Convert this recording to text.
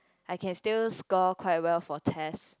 I can still score quite well for test